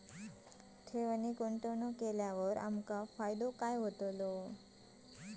ठेव आणि गुंतवणूक केल्यार आमका फायदो काय आसा?